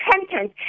repentance